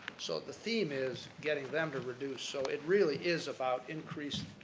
so, the theme is getting them to reduce, so it really is about increased,